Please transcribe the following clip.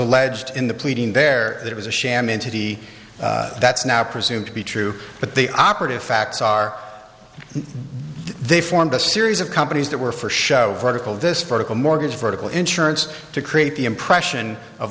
alleged in the pleading there that was a sham into the that's now presumed to be true but the operative facts are they formed a series of companies that were for show vertical this vertical mortgage vertical insurance to create the impression of